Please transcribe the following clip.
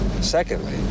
Secondly